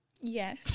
Yes